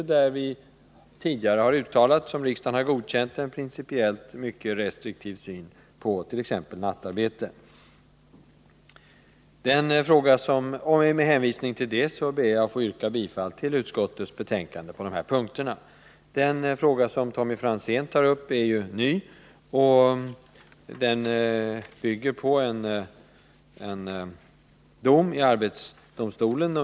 På den punkten har utskottet tidigare gjort ett uttalande, som godkändes av riksdagen, där en principiellt mycket restriktiv syn på t.ex. nattarbete kommer till uttryck. Med hänvisning till det ber jag att få yrka bifall till utskottets hemställan på dessa punkter. Den fråga som Tommy Franzén tar upp är ny, och den bygger på en dom i arbetsdomstolen.